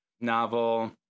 novel